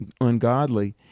ungodly